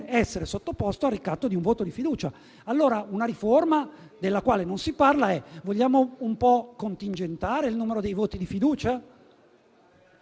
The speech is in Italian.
essere sottoposto al ricatto di un voto di fiducia. A questo proposito, una riforma della quale non si parla è la seguente: vogliamo un po' contingentare il numero dei voti di fiducia,